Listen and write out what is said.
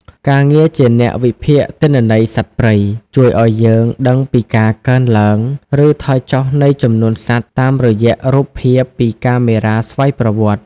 ការងារជាអ្នកវិភាគទិន្នន័យសត្វព្រៃ ជួយឱ្យយើងដឹងពីការកើនឡើង ឬថយចុះនៃចំនួនសត្វតាមរយៈរូបភាពពីកាមេរ៉ាស្វ័យប្រវត្តិ។